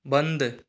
बंद